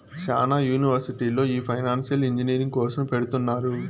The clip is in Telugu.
శ్యానా యూనివర్సిటీల్లో ఈ ఫైనాన్సియల్ ఇంజనీరింగ్ కోర్సును పెడుతున్నారు